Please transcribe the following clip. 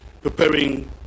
preparing